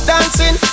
Dancing